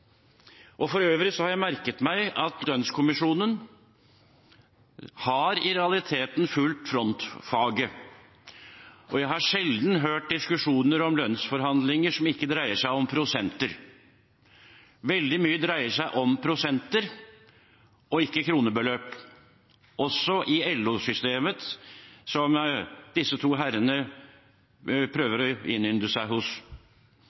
oppfordring. For øvrig har jeg merket meg at lønnskommisjonen i realiteten har fulgt frontfagene. Og jeg har sjelden hørt en diskusjon om lønnsforhandlinger som ikke dreier seg om prosenter. Veldig mye dreier seg om prosenter, ikke kronebeløp, også i LO-systemet, som disse to herrene prøver å innynde seg hos.